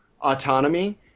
autonomy